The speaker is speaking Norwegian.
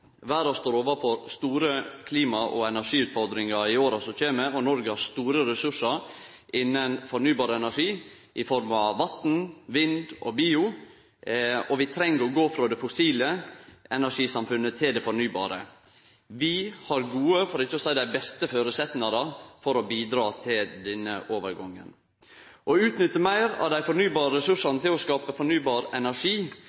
Verda står overfor store klima- og energiutfordringar i åra som kjem, og Noreg har store ressursar innan fornybar energi i form av vatn, vind og bio. Vi treng å gå frå det fossile energisamfunnet til det fornybare. Vi har gode – for ikkje å seie dei beste – føresetnadene for å bidra til denne overgangen. Å utnytte meir av dei fornybare